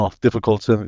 difficult